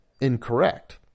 incorrect